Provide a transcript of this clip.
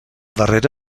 darrere